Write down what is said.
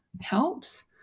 helps